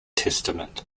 testament